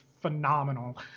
phenomenal